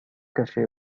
caché